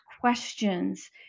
questions